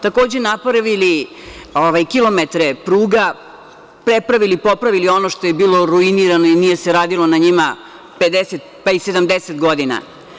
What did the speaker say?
Takođe, napravili kilometre pruga, prepravili i popravili ono što je bilo ruinirano i nije se radilo na njima 50, pa i 70 godina.